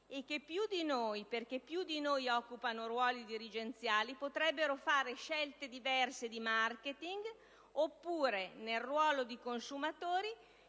e che più di noi - perché più di noi occupano ruoli dirigenziali - potrebbero fare scelte diverse di *marketing*, oppure, nel ruolo di consumatori,